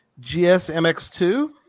GSMX2